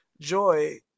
joy